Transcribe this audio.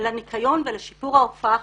לניקיון ולשיפור ההופעה החיצונית.